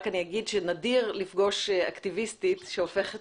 אני רק אומר שנדיר לפגוש אקטיביסטית שהופכת